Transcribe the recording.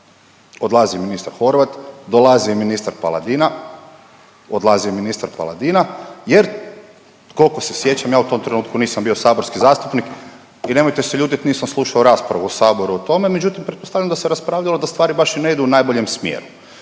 odlazi ministar Horvat, dolazi ministar Paladina, odlazi ministar Paladina jer kolko se sjećam, ja u tom trenutku nisam bio saborski zastupnik i nemojte se ljutit nisam slušao raspravu u saboru o tome, međutim pretpostavljam da se raspravljalo da stvari baš i ne idu u najboljem smjeru